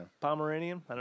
Pomeranian